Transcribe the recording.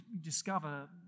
discover